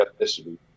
ethnicity